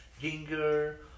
ginger